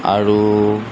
আৰু